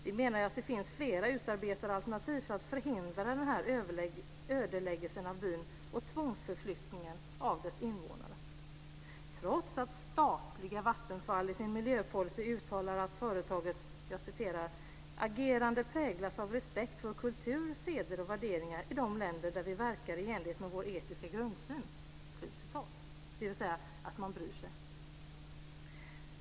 Vi menar att det finns flera utarbetade alternativ för att förhindra denna ödeläggelse av byn och tvångsförflyttningen av dess invånare. Trots att statliga Vattenfall i sin miljöpolicy uttalar att företagets agerande präglas av respekt för kultur, seder och värderingar i de länder där man verkar i enlighet med sin etiska grundsyn - dvs. att man bryr sig.